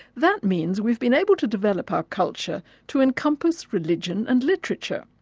that means we've been able to develop our culture to encompass religion and literature,